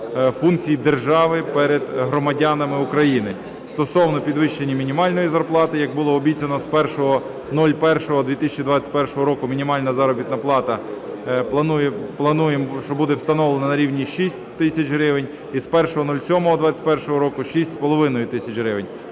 функцій держави перед громадянами України стосовно підвищення мінімальної зарплати, як було обіцяно. З 01.01.2021 року мінімальна заробітна плата пануємо, що буде встановлено на рівні 6 тисяч гривень, і з 01.07.2021 року – 6,5 тисяч гривень.